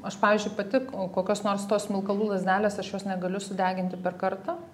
aš pavyzdžiui pati ko kokios nors tos smilkalų lazdelės aš jos negaliu sudeginti per kartą